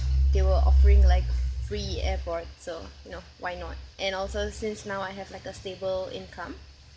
they were offering like free airpod so you know why not and also since now I have like a stable income